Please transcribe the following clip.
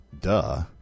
Duh